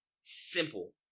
simple